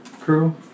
crew